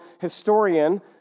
historian